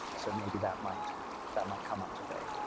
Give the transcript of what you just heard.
so maybe that might that might come up today.